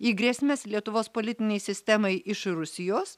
į grėsmes lietuvos politinei sistemai iš rusijos